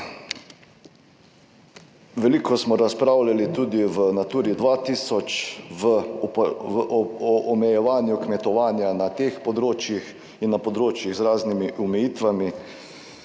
Veliko smo razpravljali tudi o Naturi 2000 o omejevanju kmetovanja na teh področjih in na področjih z raznimi omejitvami.